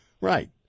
Right